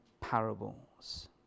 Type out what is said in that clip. parables